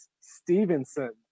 Stevenson